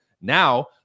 Now